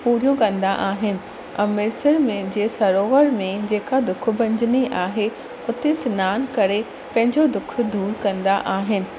पूरियूं कंदा आहिनि अमृतसर में जे सरोवर में जेका दुखु भंजनी आहे उते सनानु करे पंहिंजो दुखु दूर कंदा आहिनि